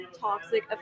toxic